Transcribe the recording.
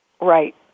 Right